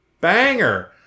banger